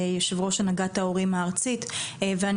יושב ראש הנהגת ההורים הארצית ואני